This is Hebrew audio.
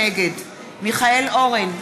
נגד מיכאל אורן,